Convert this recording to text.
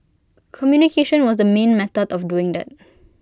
communication was the main method of doing that